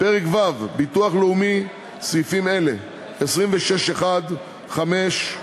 פרק ו' (ביטוח לאומי) סעיפים אלה: 26(1), (5)